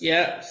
Yes